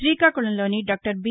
శ్రీకాకుళంలోని doctor B